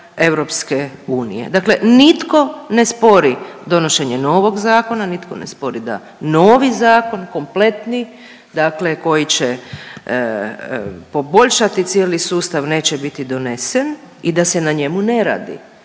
standard EU. Dakle nitko ne spori donošenje novog zakona, nitko ne spori da novi zakon, kompletni dakle koji će poboljšati cijeli sustav neće biti donesen i da se na njemu ne radi.